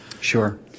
Sure